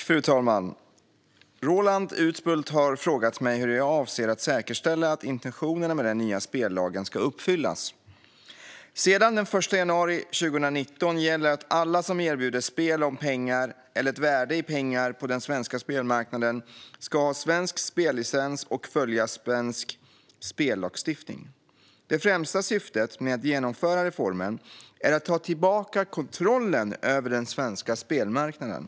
Fru talman! Roland Utbult har frågat mig hur jag avser att säkerställa att intentionerna med den nya spellagen ska uppfyllas. Sedan den 1 januari 2019 gäller att alla som erbjuder spel om pengar eller ett värde i pengar på den svenska spelmarknaden ska ha svensk spellicens och följa svensk spellagstiftning. Det främsta syftet med att genomföra reformen är att ta tillbaka kontrollen över den svenska spelmarknaden.